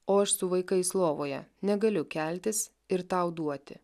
o aš su vaikais lovoje negaliu keltis ir tau duoti